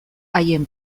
haien